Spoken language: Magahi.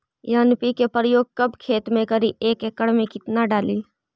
एन.पी.के प्रयोग कब खेत मे करि एक एकड़ मे कितना डाली?